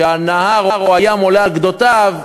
שהנהר או הים עולה על גדותיו,